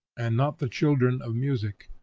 and not the children of music.